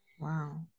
wow